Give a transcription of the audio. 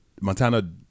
Montana